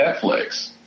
netflix